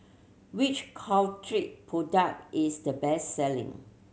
which Caltrate product is the best selling